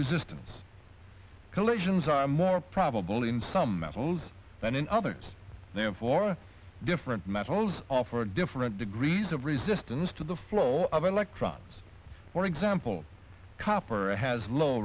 resistance collisions are more probable in some metals than in others therefore different metals offer different degrees of resistance to the flow of electrons for example copper has low